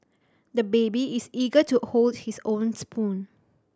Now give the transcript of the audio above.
the baby is eager to hold his own spoon